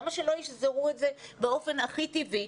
למה שלא ישזרו את זה באופן הכי טבעי